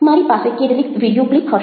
મારી પાસે કેટલીક વીડિયો ક્લિપ હશે